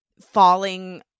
falling